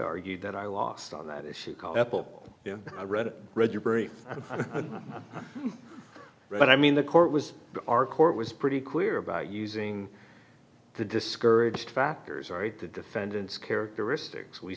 argued that i lost on that issue called apple i read it read your brief right i mean the court was our court was pretty clear about using the discouraged factors are it the defendant's characteristics we